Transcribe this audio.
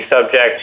subject